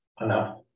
enough